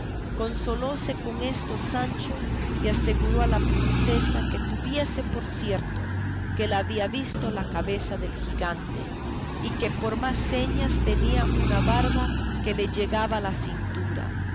hubiese consolóse con esto sancho y aseguró a la princesa que tuviese por cierto que él había visto la cabeza del gigante y que por más señas tenía una barba que le llegaba a la cintura